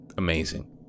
Amazing